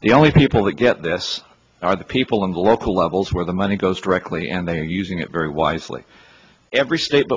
the only people that get this are the people in the local levels where the money goes directly and they are using it very wisely every state